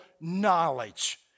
knowledge